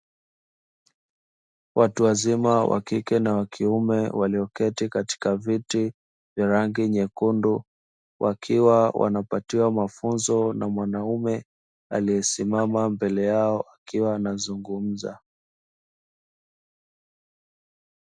Watu wazima wa kike na wa kiume walioketi katika viti vya rangi nyekundu, wakiwa wanapatiwa mafunzo na mwanaume aliyesimama mbele yao akiwa anazungumza.